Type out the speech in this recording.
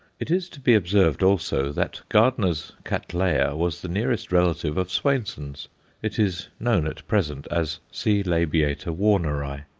it is to be observed, also, that gardner's cattleya was the nearest relative of swainson's it is known at present as c. labiata warneri.